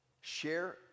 share